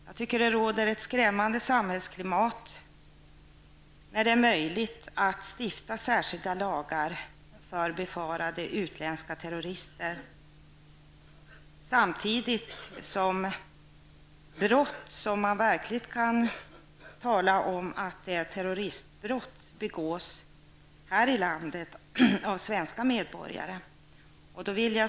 Jag tycker det råder ett skrämmande samhällsklimat när det är möjligt att stifta särskilda lagar för befarade utländska terrorister, samtidigt som de flesta brott som man verkligen kan tala om som terroristbrott begås av svenska medborgare här i landet.